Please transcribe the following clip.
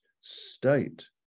state